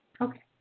Okay